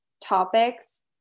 topics